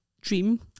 dream